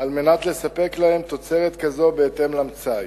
על מנת לספק להן תוצרת כזו בהתאם למצאי.